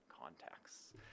contexts